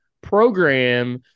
program